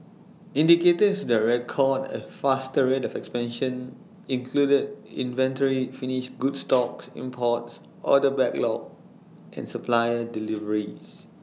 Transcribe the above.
indicators that recorded A faster rate of expansion included inventory finished goods stocks imports order backlog and supplier deliveries